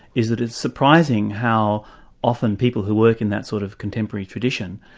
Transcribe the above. is that it's surprising how often people who work in that sort of contemporary tradition,